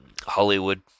Hollywood